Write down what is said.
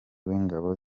w’ingabo